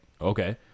okay